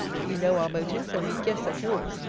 you know our motives, and we guess at yours.